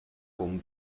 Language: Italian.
con